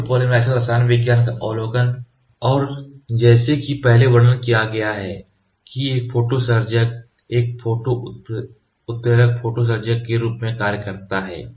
photopolymer रसायन विज्ञान का अवलोकन और जैसा कि पहले वर्णन किया गया है कि एक फोटो सर्जक एक उत्प्रेरक फोटो सर्जक के रूप में कार्य करता है